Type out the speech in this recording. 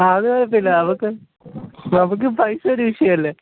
ആ അത് പിന്നെ നമുക്ക് നമുക്ക് പൈസ ഒര് വിഷയം അല്ലേ